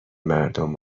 مردم